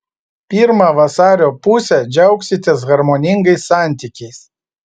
pirmą vasario pusę džiaugsitės harmoningais santykiais